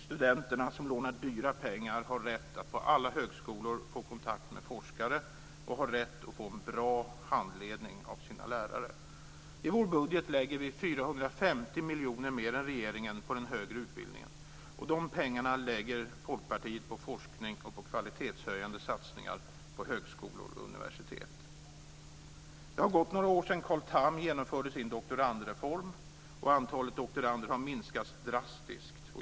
Studenterna, som lånar dyra pengar, har rätt att på alla högskolor få kontakt med forskare och har rätt att få en bra handledning av sina lärare. Vi lägger i vår budget in 450 miljoner mer än regeringen på den högre utbildningen. De pengarna lägger Folkpartiet på forskning och på kvalitetshöjande satsningar på högskolor och universitet. Det har gått några år sedan Carl Tham genomförde sin doktorandreform, och antalet doktorander har minskat drastiskt.